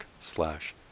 slash